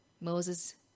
Moses